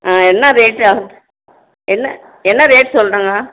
ஆ என்ன ரேட் ஆகும் என்ன என்ன ரேட் சொல்கிறாங்க